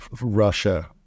Russia